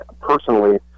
personally